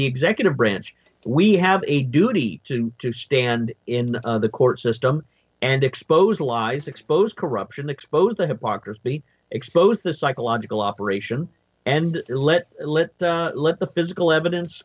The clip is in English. the executive branch we have a duty to to stand in the court system and expose lies exposed corruption expose the hypocrisy expose the psychological operation and let let let the physical evidence